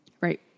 Right